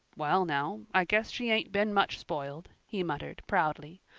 well now, i guess she ain't been much spoiled, he muttered, proudly.